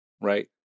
right